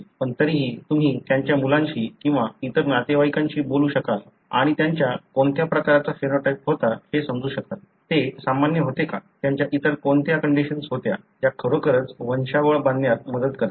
पण तरीही तुम्ही त्यांच्या मुलांशी किंवा इतर नातेवाईकांशी बोलू शकाल आणि त्यांचा कोणत्या प्रकारचा फेनोटाइप होता हे समजू शकाल ते सामान्य होते का त्यांच्या इतर कोणत्या कंडिशन्स होत्या ज्या खरोखरच वंशावळ बांधण्यात मदत करतात